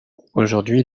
aujourd’hui